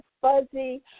fuzzy